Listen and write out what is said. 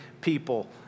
people